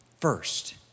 first